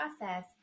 process